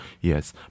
Yes